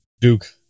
Duke